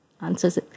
answers